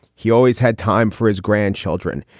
he always had time for his grandchildren.